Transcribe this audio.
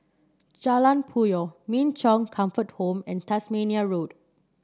Jalan Puyoh Min Chong Comfortable and Tasmania Road